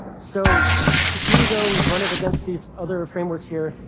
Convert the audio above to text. so here we go. we've run it against these other frameworks here.